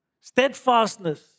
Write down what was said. steadfastness